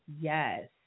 yes